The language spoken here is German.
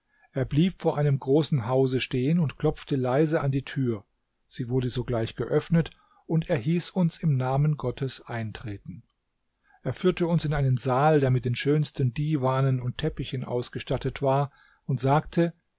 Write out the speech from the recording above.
er blieb vor einem großen hause stehen und klopfte leise an die tür sie wurde sogleich geöffnet und er hieß uns im namen gottes eintreten er führte uns in einen saal der mit den schönsten diwanen und teppichen ausgestattet war und sagte